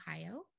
Ohio